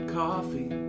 coffee